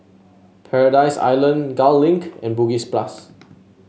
Paradise Island Gul Link and Bugis Plus